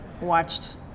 watched